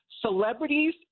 Celebrities